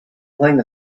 playing